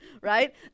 right